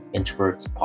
Introverts